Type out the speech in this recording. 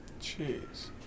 Jeez